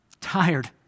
tired